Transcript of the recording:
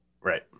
right